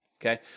okay